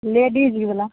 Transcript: लेडिजवला